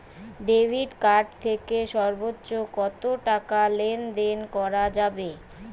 Debit card থেকে সর্বোচ্চ কত টাকা লেনদেন করা যাবে?